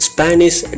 Spanish